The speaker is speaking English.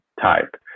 type